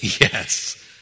Yes